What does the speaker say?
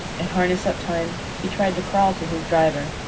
at harness-up time he tried to crawl to his driver.